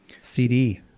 CD